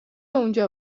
اونجا